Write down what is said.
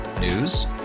News